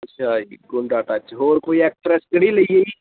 ਅੱਛਿਆ ਜੀ ਗੁੰਡਾ ਟਾਈਪ 'ਚ ਹੋਰ ਕੋਈ ਐਕਟਰੈਸ ਕਿਹੜੀ ਲਈ ਹੈ ਜੀ